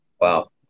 wow